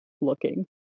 looking